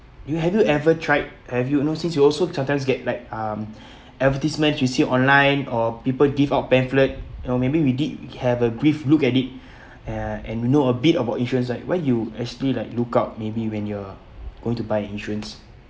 do you have you ever tried have you know since you also sometimes get like um advertisements you see online or people give out pamphlet you know maybe we did have a brief look at it uh and you know a bit about insurance like what do you actually like look out maybe when you're going to buy an insurance